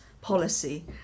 policy